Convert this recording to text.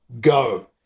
Go